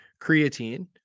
creatine